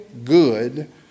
good